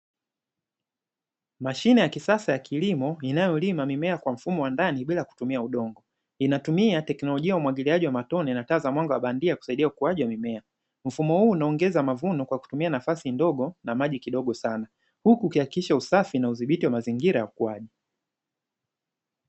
Mashine ya kisasa ya kilimo inayolima mimea kwa mfumo wa ndani bila kutumia udongo, inatumia teknolojia ya umwagiliaji wa matone na taa za mwanga wa bandia, husaidia ukuaji wa mimea, mfumo huu huongeza mavuno kwa kutumia nafasi ndogo na maji kidogo sana,!huku ukihakikisha usafi na udhibiti wa mazingira ya ukuaji.